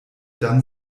dann